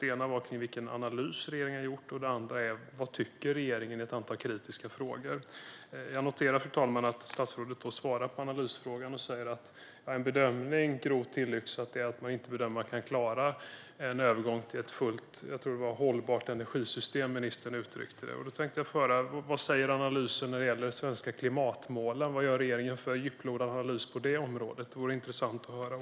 Den ena gällde vilken analys regeringen gjort och den andra vad regeringen tycker i ett antal kritiska frågor. Jag noterar att statsrådet svarar på analysfrågan och säger att en bedömning, grovt tillyxat, är att man inte kan klara en övergång till ett fullt hållbart energisystem, som jag tror att han uttryckte det. Jag skulle vilja höra vad analysen säger när det gäller de svenska klimatmålen. Vad gör regeringen för djuplodande analys på det området? Det vore också intressant att höra.